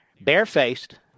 barefaced